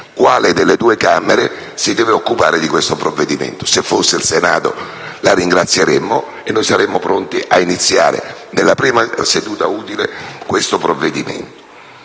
quale delle due Camere si deve occupare per prima di questo provvedimento. Se fosse il Senato la ringrazieremmo e saremmo pronti ad iniziare nella prima seduta utile l'esame di questo provvedimento.